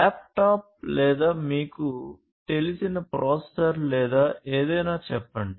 laptop లేదా మీకు తెలిసిన ప్రాసెసర్ లేదా ఏదైనా చెప్పండి